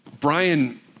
Brian